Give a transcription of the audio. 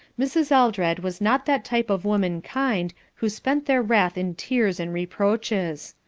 mrs. eldred was not that type of womankind who spent their wrath in tears and reproaches.